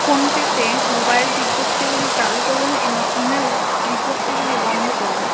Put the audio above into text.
phone পেতে mobile বিজ্ঞপ্তিগুলি চালু করুন এবং ইমেল বিজ্ঞপ্তিগুলি বন্ধ করুন